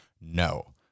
No